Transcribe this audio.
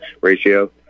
Ratio